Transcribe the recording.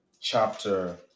chapter